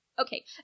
Okay